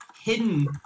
Hidden